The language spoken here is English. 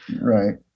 right